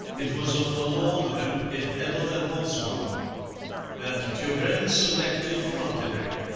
it was a forlorn hope if ever there was one and turenne selected frontenac.